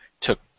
took